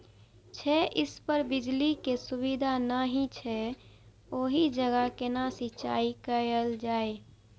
छै इस पर बिजली के सुविधा नहिं छै ओहि जगह केना सिंचाई कायल जाय?